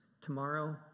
tomorrow